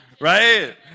Right